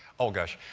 oh, gosh,